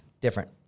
Different